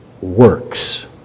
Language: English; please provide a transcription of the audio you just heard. works